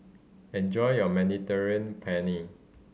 enjoy your Mediterranean Penne